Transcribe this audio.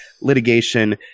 litigation